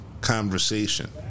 conversation